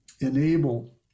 enable